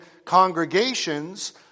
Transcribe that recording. Congregations